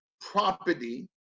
property